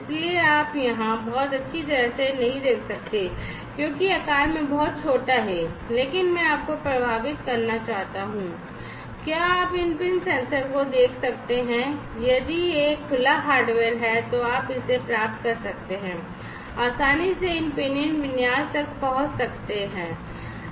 इसलिए आप यहां बहुत अच्छी तरह से नहीं देख सकते हैं क्योंकि यह आकार में बहुत छोटा है लेकिन मैं आपको प्रभावित करना चाहता हूं क्या आप इन पिन सेंसर को देख सकते हैं यदि यह एक खुला हार्डवेयर है तो आप इसे प्राप्त कर सकते हैं आसानी से इन पिन विन्यास तक पहुँच प्राप्त करें